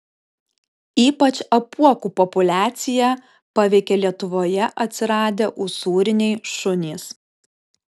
ypač apuokų populiaciją paveikė lietuvoje atsiradę usūriniai šunys